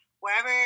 Wherever